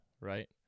right